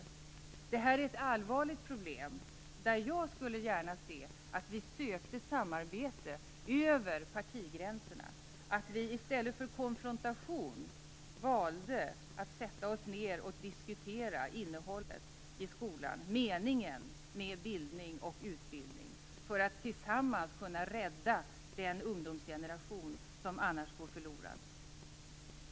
Detta är ett allvarligt problem, där jag gärna skulle se att vi sökte samarbete över partigränserna, att vi i stället för konfrontation valde att sätta oss ned och diskutera innehållet i skolan, meningen med bildning och utbildning, för att tillsammans kunna rädda den ungdomsgeneration som annars går förlorad.